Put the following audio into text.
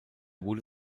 wurde